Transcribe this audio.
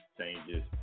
changes